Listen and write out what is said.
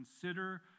consider